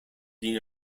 dean